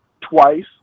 twice